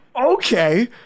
okay